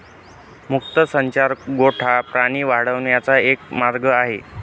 मुक्त संचार गोठा प्राणी वाढवण्याचा एक मार्ग आहे